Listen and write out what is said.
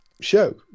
show